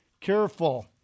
careful